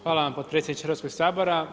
Hvala vam potpredsjedniče Hrvatskog sabora.